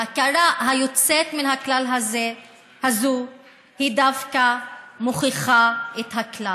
ההכרה היוצאת מן הכלל הזאת דווקא מוכיחה את הכלל: